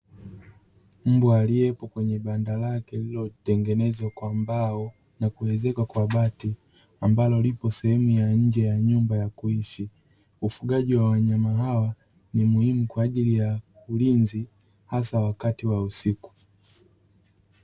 Mbwa aliyepo kwenye banda lake lililotengenezwa kwa mbao na kuezekwa kwa bati, ambalo lipo sehemu ya nje ya nyumba ya kuishi. Ufugaji wa wanyama hawa ni muhimu kwa ajili ya ulinzi, hasa wakati wa usiku.